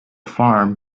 farm